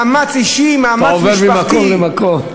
מאמץ אישי, מאמץ משפחתי, אתה עובר ממקום למקום.